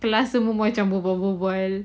kelas macam berbual-bual bual